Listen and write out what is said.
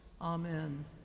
Amen